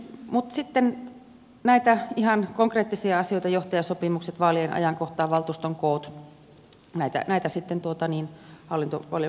mutta ihan näitä konkreettisia asioita johtajasopimukset vaalien ajankohta valtuuston koot pohditaan sitten hallintovaliokunnassa